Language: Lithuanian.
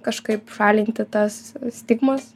kažkaip šalinti tas stigmas